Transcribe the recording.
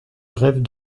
brèves